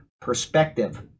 perspective